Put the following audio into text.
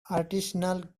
artisanal